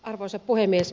arvoisa puhemies